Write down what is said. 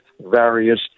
various